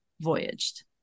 voyaged